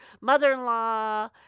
mother-in-law